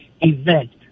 event